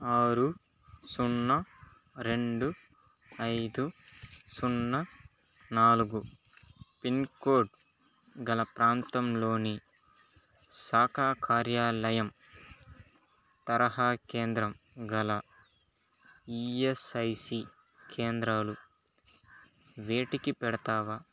ఆరు సున్నా రెండు ఐదు సున్నా నాలుగు పిన్కోడ్ గల ప్రాంతంలోని శాఖా కార్యాలయం తరహా కేంద్రం గల ఈఎస్ఐసి కేంద్రాలు వెతికి పెడతావా